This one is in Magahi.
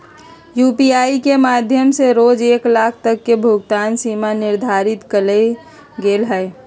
यू.पी.आई के माध्यम से रोज एक लाख तक के भुगतान सीमा निर्धारित कएल गेल हइ